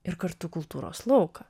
ir kartu kultūros lauką